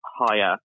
Higher